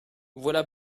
voilà